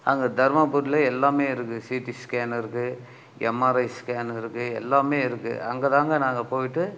அங்கே தருமபுரியில எல்லாமே இருக்கு சிடி ஸ்கேனு இருக்கு எம்ஆர்ஐ ஸ்கேன் இருக்கு எல்லாமே இருக்கு அங்க தாங்க நாங்கள் போய்விட்டு